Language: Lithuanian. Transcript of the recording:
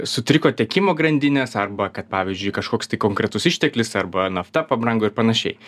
sutriko tiekimo grandinės arba kad pavyzdžiui kažkoks tai konkretus išteklius arba nafta pabrango ir panašiai